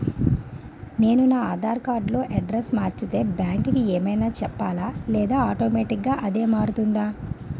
నేను నా ఆధార్ కార్డ్ లో అడ్రెస్స్ మార్చితే బ్యాంక్ కి ఏమైనా చెప్పాలా లేదా ఆటోమేటిక్గా అదే మారిపోతుందా?